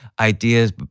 ideas